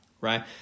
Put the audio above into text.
Right